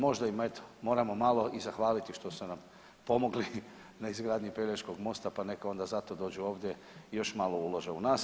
Možda im eto moramo malo i zahvaliti što su nam pomogli na izgradnji Pelješkog mosta pa neka onda zato dođu ovdje i još malo ulože u nas.